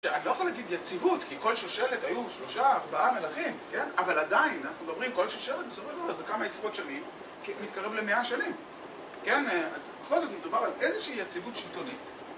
אני לא יכול להגיד יציבות, כי כל שושלת היו שלושה, ארבעה מלכים, אבל עדיין אנחנו מדברים, כל שושלת בסופו של דבר זה כמה עשרות שנים, מתקרב למאה שנים. בכלל זה מדובר על איזושהי יציבות שלטונית.